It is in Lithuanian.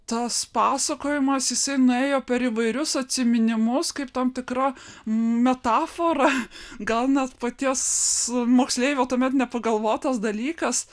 tas pasakojimas jisai nuėjo per įvairius atsiminimus kaip tam tikra metafora gal net paties moksleivio tuomet nepagalvotas dalykas